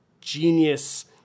genius